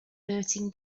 thirteen